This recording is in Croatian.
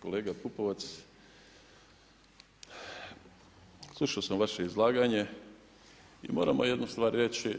Kolega Pupovac, slušao sam vaše izlaganje i moramo jednu stvar reći,